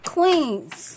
Queens